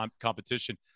competition